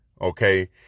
okay